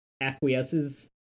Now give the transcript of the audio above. acquiesces